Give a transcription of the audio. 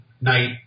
night